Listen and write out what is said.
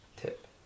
tip